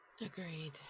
Agreed